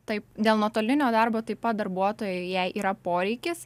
taip dėl nuotolinio darbo taip pat darbuotojai jei yra poreikis